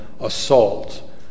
assault